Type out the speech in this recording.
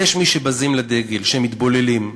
יש מי שבזים לדגל, שמתבוללים,